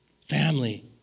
Family